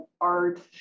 art